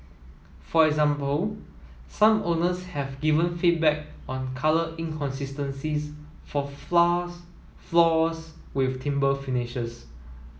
for example some owners have given feedback on colour inconsistencies for floors with timber finishes